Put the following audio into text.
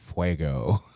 fuego